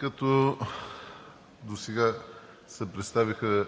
каса. Досега се представиха